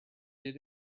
did